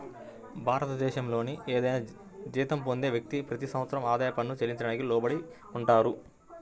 భారతదేశంలోని ఏదైనా జీతం పొందే వ్యక్తి, ప్రతి సంవత్సరం ఆదాయ పన్ను చెల్లించడానికి లోబడి ఉంటారు